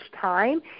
time